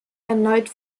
erneut